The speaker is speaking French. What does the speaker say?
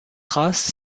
race